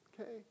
okay